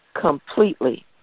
completely